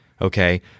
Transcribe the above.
Okay